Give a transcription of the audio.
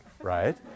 right